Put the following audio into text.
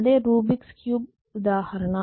అదే రూబిక్స్ క్యూబ్rubik's cube ఉదాహరణ